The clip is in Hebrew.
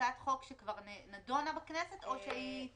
בהצעת חוק שכבר נידונה בכנסת או שהיא ---?